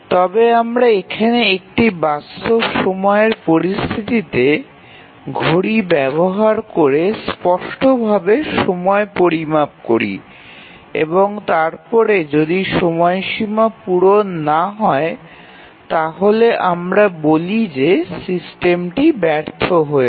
তবে আমরা এখানে একটি বাস্তব সময়ের পরিস্থিতিতে ঘড়ি ব্যবহার করে স্পষ্টভাবে সময় পরিমাপ করি এবং তারপরে যদি সময়সীমা পূরণ না হয় তাহলে আমরা বলি যে সিস্টেমটি ব্যর্থ হয়েছে